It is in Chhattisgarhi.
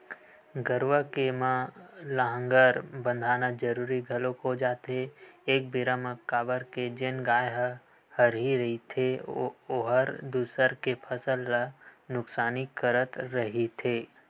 गरुवा के म लांहगर बंधाना जरुरी घलोक हो जाथे एक बेरा म काबर के जेन गाय ह हरही रहिथे ओहर दूसर के फसल ल नुकसानी करत रहिथे